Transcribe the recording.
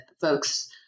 folks